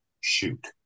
shoot